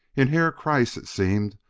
in herr kreiss, it seemed,